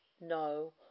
no